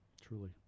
truly